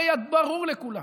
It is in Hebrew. הרי ברור לכולם: